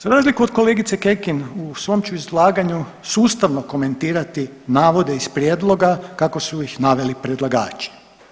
Za razliku od kolegice Kekin u svom ću izlaganju sustavno komentirati navode iz prijedloga kako su iz naveli predlagači.